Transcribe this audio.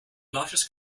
largest